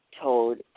told